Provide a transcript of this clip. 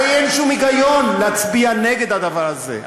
הרי אין שום היגיון להצביע נגד הדבר הזה,